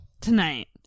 Tonight